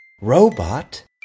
Robot